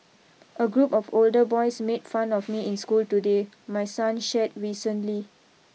a group of older boys made fun of me in school today my son shared recently